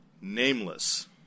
Nameless